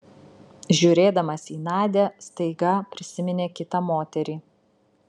žiūrėdamas į nadią staiga prisiminė kitą moterį